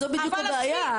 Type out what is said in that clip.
זו בדיוק הבעיה,